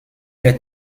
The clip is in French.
est